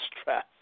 stress